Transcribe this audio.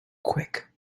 quick